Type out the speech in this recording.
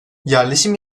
yerleşim